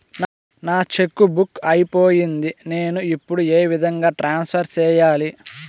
నా cheque book అయిపోయింది నేను ఇప్పుడు ఏ విధంగా ట్రాన్స్ఫర్ సేయాలి?